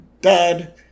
Dad